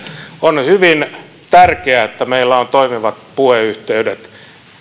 on hyvin tärkeää että meillä on toimivat puheyhteydet